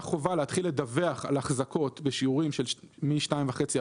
חובה להתחיל לדווח על החזקות בשיעורים של מ-2.5%